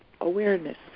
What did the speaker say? awareness